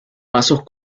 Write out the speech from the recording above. pasos